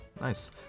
Nice